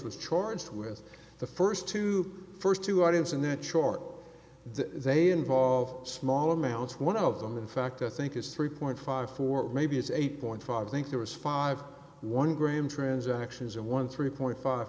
those charged with the first two first two audience and their chart they involve small amounts one of them in fact i think it's three point five four maybe it's eight point five think there was five one gram transactions in one three point five